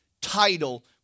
title